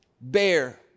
bear